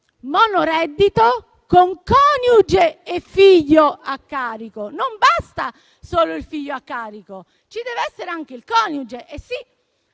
monoreddito con coniuge e figlio a carico. Non basta solo il figlio a carico, ci deve essere anche il coniuge; sì,